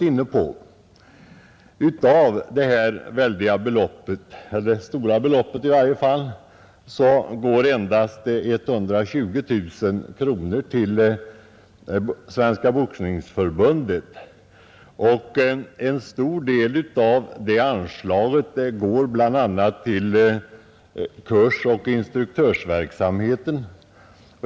Endast 120 000 kronor av detta belopp går till Svenska boxningsförbundet, och en stor del av anslaget används bl.a. till kursoch amatörverksamheten.